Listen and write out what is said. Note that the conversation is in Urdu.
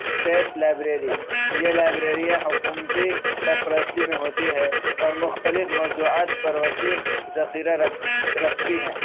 اسٹیٹ لائبریری یہ لائبریریاں حکومتی سرپرستی میں ہوتی ہے اور مختلف موضوعات پر وسیع ذخیرہ رکھتی ہیں